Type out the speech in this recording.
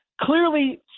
Clearly